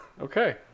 Okay